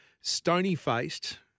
stony-faced